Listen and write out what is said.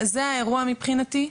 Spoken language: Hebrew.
זה האירוע מבחינתי.